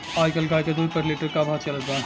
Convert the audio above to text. आज कल गाय के दूध प्रति लीटर का भाव चलत बा?